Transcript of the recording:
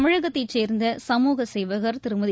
தமிழகத்தை சேர்ந்த சமூக சேவகர் திருமதி